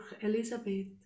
Elizabeth